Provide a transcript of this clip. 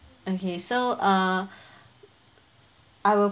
okay so err I will